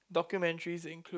documentaries include